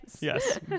Yes